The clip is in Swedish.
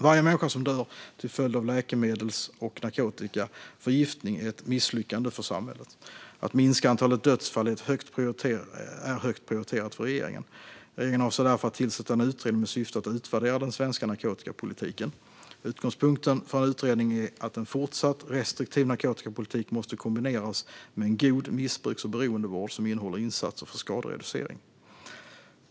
Varje människa som dör till följd av läkemedels och narkotikaförgiftning är ett misslyckande för samhället. Att minska antalet dödsfall är högt prioriterat för regeringen. Regeringen avser därför att tillsätta en utredning med syfte att utvärdera den svenska narkotikapolitiken. Utgångspunkten för en utredning är att en fortsatt restriktiv narkotikapolitik måste kombineras med en god missbruks och beroendevård som innehåller insatser för skadereducering.